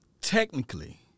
Technically